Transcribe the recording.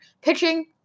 Pitching